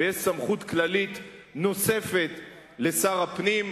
ויש סמכות כללית נוספת לשר הפנים,